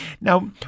Now